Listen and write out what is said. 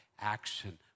action